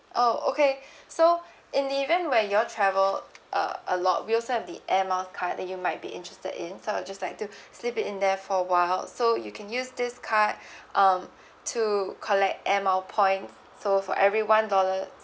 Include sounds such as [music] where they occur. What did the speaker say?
oh okay [breath] so in the event where you all travel uh a lot we also have the airmiles card that you might be interested in so I'll just like to [breath] slip it in there for awhile so you can use this card [breath] um to collect airmiles point so for every one dollar